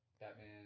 Batman